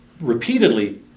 repeatedly